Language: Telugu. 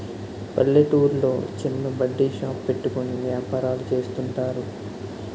పల్లెటూర్లో చిన్న బడ్డీ షాప్ పెట్టుకుని వ్యాపారాలు చేస్తుంటారు